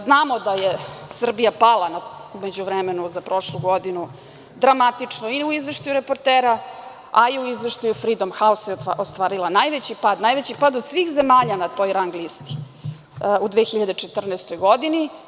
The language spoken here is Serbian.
Znamo da je Srbija pala u međuvremenu, za prošlu godinu, dramatično i u izveštaju reportera, a i u izveštaju „Fridom Hausa“ je ostvarila najveći pad, najveći pad od svih zemalja na toj rang listi u 2014. godini.